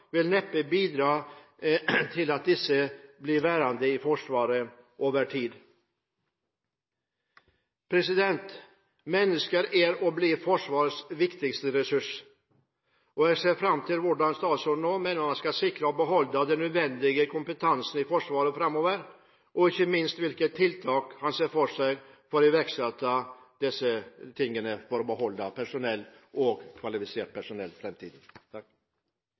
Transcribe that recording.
vil neppe bidra til at disse blir værende i Forsvaret over tid. Mennesker er og blir Forsvarets viktigste ressurs. Jeg ser fram til hvordan statsråden nå mener at han skal sikre og beholde den nødvendige kompetansen i Forsvaret framover, og ikke minst hvilke tiltak han ser for seg for å iverksette dette for å beholde kvalifisert personell i fremtiden. Jeg vil takke representanten Nordtun for et svært godt og